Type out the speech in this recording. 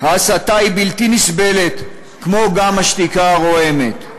ההסתה היא בלתי נסבלת, וגם השתיקה הרועמת,